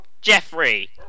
Jeffrey